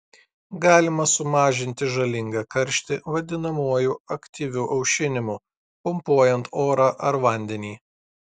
galima sumažinti žalingą karštį vadinamuoju aktyviu aušinimu pumpuojant orą ar vandenį